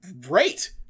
great